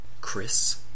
Chris